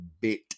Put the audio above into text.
bit